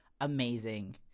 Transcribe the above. amazing